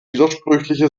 widersprüchliche